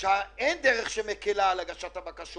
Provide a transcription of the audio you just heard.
שאין דרך שמקלה על הגשת הבקשות.